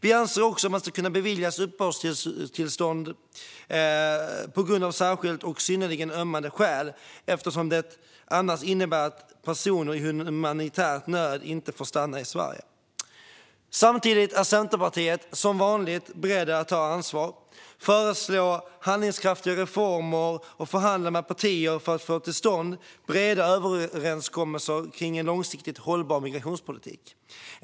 Vi anser också att man ska kunna beviljas uppehållstillstånd på grund av särskilt och synnerligen ömmande skäl eftersom det annars innebär att personer i humanitär nöd inte får stanna i Sverige. Samtidigt är vi i Centerpartiet som vanligt beredda att ta ansvar, föreslå handlingskraftiga reformer och förhandla med andra partier för att få till stånd breda överenskommelser kring en långsiktigt hållbar migrationspolitik.